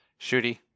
Shooty